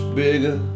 bigger